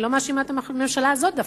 אני לא מאשימה את הממשלה הזאת דווקא.